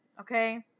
Okay